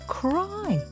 cry